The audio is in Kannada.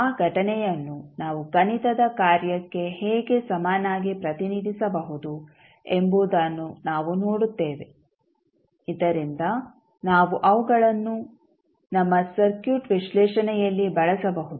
ಆ ಘಟನೆಯನ್ನು ನಾವು ಗಣಿತದ ಕಾರ್ಯಕ್ಕೆ ಹೇಗೆ ಸಮನಾಗಿ ಪ್ರತಿನಿಧಿಸಬಹುದು ಎಂಬುದನ್ನು ನಾವು ನೋಡುತ್ತೇವೆ ಇದರಿಂದ ನಾವು ಅವುಗಳನ್ನು ನಮ್ಮ ಸರ್ಕ್ಯೂಟ್ ವಿಶ್ಲೇಷಣೆಯಲ್ಲಿ ಬಳಸಬಹುದು